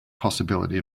possibility